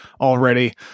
already